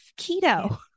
keto